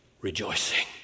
rejoicing